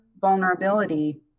vulnerability